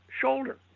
shoulder